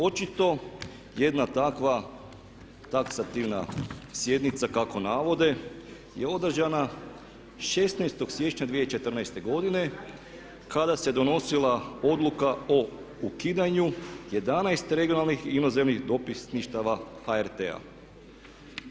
Očito jedna takva taksativna sjednica kako navode je održana 16.siječnja 2014.godine kada se donosila odluku o ukidanju 11 regionalnih i inozemnih dopisništava HRT-a.